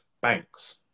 banks